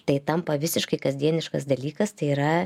tai tampa visiškai kasdieniškas dalykas tai yra